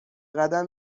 قدم